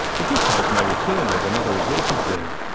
the good times may return with another resources boom.